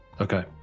Okay